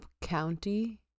county